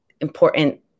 important